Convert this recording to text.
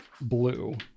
blue